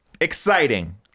exciting